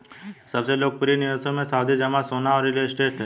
सबसे लोकप्रिय निवेशों मे, सावधि जमा, सोना और रियल एस्टेट है